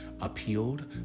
appealed